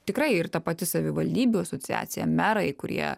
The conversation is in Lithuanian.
tikrai ir ta pati savivaldybių asociacija merai kurie